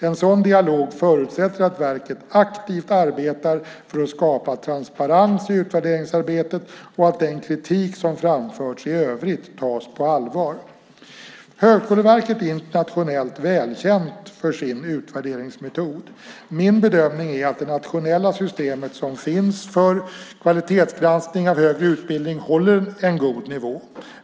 En sådan dialog förutsätter att verket aktivt arbetar för att skapa transparens i utvärderingsarbetet och att den kritik som framförts i övrigt tas på allvar. Högskoleverket är internationellt välkänt för sin utvärderingsmetod. Min bedömning är att det nationella system som finns för kvalitetsgranskning av högre utbildning håller en god nivå.